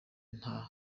nta